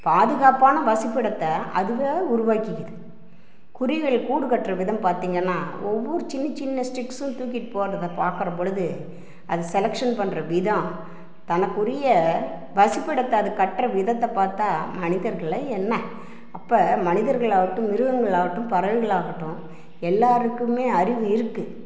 பாதுகாப்பான வசிப்பிடத்தை அதுவே உருவாக்கிக்குது குருவிகள் கூடு கட்டுற விதம் பார்த்திங்கன்னா ஒவ்வொரு சின்ன சின்ன ஸ்டிக்ஸ்சும் தூக்கி போட்றதை பார்க்கறம்பொழுது அது செலெக்ஷன் பண்ணுற விதம் தனக்குரிய வசிப்பிடத்தை அது கட்டுற விதத்தை பார்த்தா மனிதர்கள்லாம் என்ன அப்போ மனிதர்களாககட்டும் மிருகங்களாககட்டும் பறவைகளாககட்டும் எல்லாருக்குமே அறிவு இருக்கு